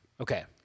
Okay